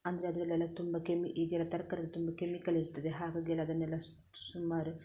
ಅಂದರೆ ಅದರಲ್ಲೆಲ್ಲ ತುಂಬ ಕೆಮಿ ಈಗೆಲ್ಲ ತರಕಾರಿಯಲ್ಲಿ ತುಂಬ ಕೆಮಿಕಲ್ ಇರ್ತದೆ ಹಾಗಾಗಿ ಎಲ್ಲ ಅದನ್ನೆಲ್ಲ ಸುಮಾರು